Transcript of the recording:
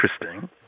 Interesting